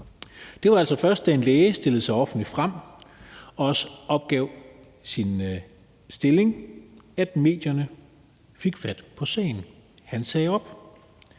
Det var altså først, da en læge stillede sig offentligt frem og også opgav sin stilling, at medierne fik fat på sagen. Han sagde op,